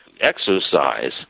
exercise